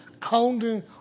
counting